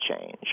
change